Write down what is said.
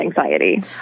anxiety